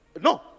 No